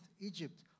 Egypt